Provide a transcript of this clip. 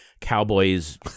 Cowboys